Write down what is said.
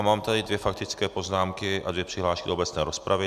Mám tady dvě faktické poznámky a dvě přihlášky do obecné rozpravy.